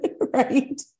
right